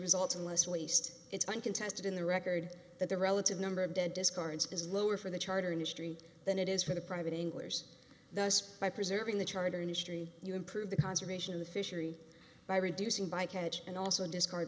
results in less waste it's uncontested in the record that the relative number of dead discards is lower for the charter industry than it is for the private anglers thus by preserving the charter industry you improve the conservation of the fishery by reducing bycatch and also discard